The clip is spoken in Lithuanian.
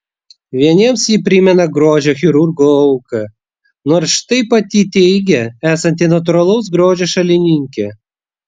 vieniems ji primena grožio chirurgų auką nors štai pati teigia esanti natūralaus grožio šalininkė